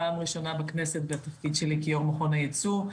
פעם ראשונה בכנסת בתפקיד שלי כיושבת ראש מכון הייצור.